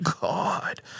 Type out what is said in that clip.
God